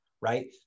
right